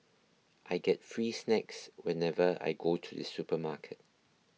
I get free snacks whenever I go to the supermarket